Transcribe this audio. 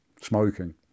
smoking